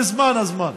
הגיע מזמן הזמן,